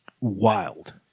wild